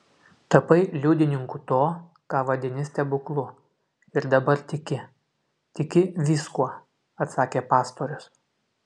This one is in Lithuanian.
tapai liudininku to ką vadini stebuklu ir dabar tiki tiki viskuo atsakė pastorius